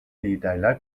liderler